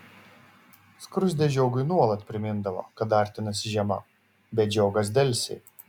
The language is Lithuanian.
skruzdė žiogui nuolat primindavo kad artinasi žiema bet žiogas delsė